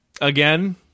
Again